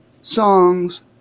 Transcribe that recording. songs